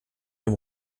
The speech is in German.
dem